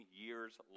years